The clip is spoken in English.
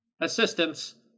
Assistance